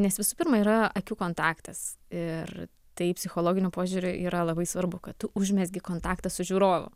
nes visų pirma yra akių kontaktas ir tai psichologiniu požiūriu yra labai svarbu kad tu užmezgi kontaktą su žiūrovu